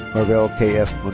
carvel k f. but